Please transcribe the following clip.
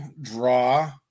draw